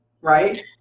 Right